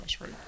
right